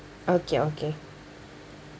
okay okay